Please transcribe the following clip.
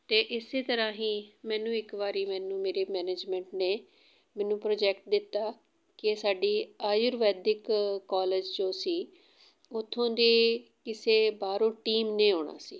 ਅਤੇ ਇਸ ਤਰ੍ਹਾਂ ਹੀ ਮੈਨੂੰ ਇੱਕ ਵਾਰੀ ਮੈਨੂੰ ਮੇਰੇ ਮੈਨੇਜਮੈਂਟ ਨੇ ਮੈਨੂੰ ਪ੍ਰੋਜੈਕਟ ਦਿੱਤਾ ਕਿ ਸਾਡੀ ਆਯੁਰਵੈਦਿਕ ਕਾਲਜ ਜੋ ਸੀ ਉੱਥੋਂ ਦੇ ਕਿਸੇ ਬਾਹਰੋਂ ਟੀਮ ਨੇ ਆਉਣਾ ਸੀ